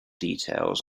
details